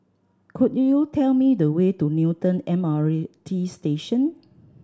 could you tell me the way to Newton M R A T Station